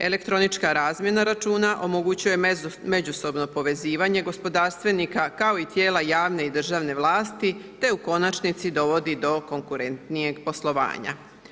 Elektronička razmjena računa omogućuje međusobno povezivanje gospodarstvenika, kao i tijela javne i državne vlasti, te u konačnici dovodi do konkurentnijeg poslovanja.